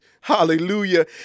Hallelujah